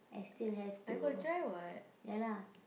I got dry [what]